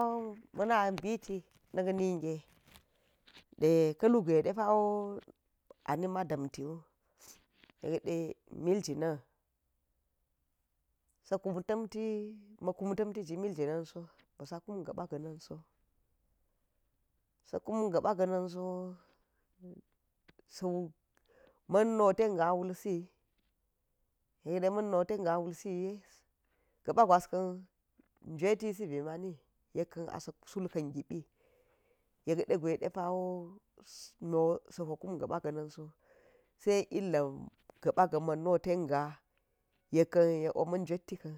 Na̱k nig e de ka̱ ka̱ lugwe de pawo anima damti wo yek de miyinam makum tamti ji mil jinan so bi sa kam ga̱ ba̱ gannan sa sa̱ kum ma̱n no ten nga wul siyi yek de main no ten nga wul siye, ga̱ ba̱ gwas kan njwe ti si bi mani yekan a sa sulk an gi bi yek de gwe depawo miwo sa po kum ga̱ ba̱ ga̱ na̱n so, sai illah ga̱ba̱ ga mano ten ga, yekan yek wo man njweiti kan